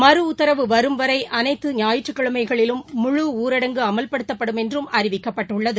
மறு உத்தரவு வரும் வரைஅனைத்து ஞாயிற்றுக்கிழமைகளிலும் முழு ஊரடங்கு அமல்படுத்தப்படும் என்றும் அறிவிக்கப்பட்டுள்ளது